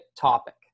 topic